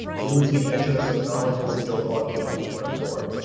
we would see in exodus of knowledge and skill walking out the front door.